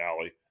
alley